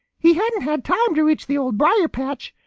he hadn't had time to reach the old briar-patch.